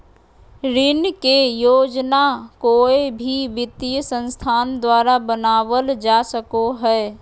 ऋण के योजना कोय भी वित्तीय संस्था द्वारा बनावल जा सको हय